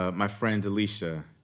um my friend, alicia,